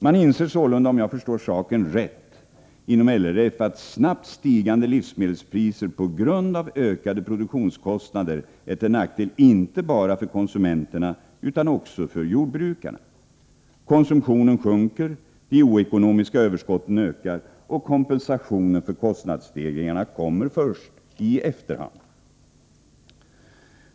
Man inser sålunda inom LRF, om jag förstår saken rätt, att snabbt stigande livsmedelspriser på grund av ökade produktionskostnader är till nackdel inte bara för konsumenterna utan också för jordbrukarna. Konsumtionen sjunker, de oekonomiska överskotten ökar och kompensationen för kostnadsstegringarna kommer först i efterhand.